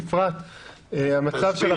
בפרט במרחב של החרדים.